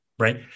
Right